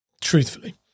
Truthfully